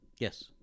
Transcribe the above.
Yes